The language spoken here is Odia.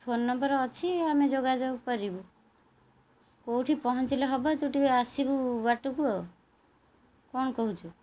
ଫୋନ୍ ନମ୍ବର ଅଛି ଆମେ ଯୋଗାଯୋଗ କରିବୁ କେଉଁଠି ପହଞ୍ଚିଲେ ହେବ ତୁ ଟିକେ ଆସିବୁ ବାଟକୁ ଆଉ କ'ଣ କହୁଛୁ